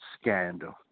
scandal